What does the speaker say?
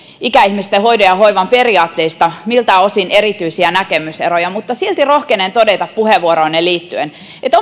ikäihmisten hoidon ja hoivan periaatteista miltään osin erityisiä näkemyseroja mutta silti rohkenen todeta puheenvuoroonne liittyen että